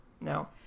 no